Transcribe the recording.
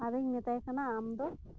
ᱟᱨᱦᱚᱧ ᱢᱮᱛᱟᱭ ᱠᱟᱱᱟ ᱟᱢ ᱫᱚ